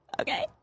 okay